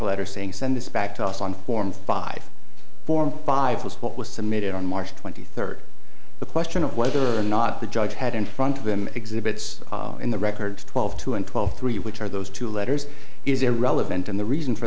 letter saying send this back to us on form five form five was what was submitted on march twenty third the question of whether or not the judge had in front of him exhibits in the records twelve two and twelve three which are those two letters is irrelevant and the reason for